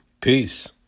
Peace